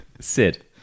Sid